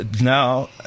Now